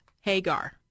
hagar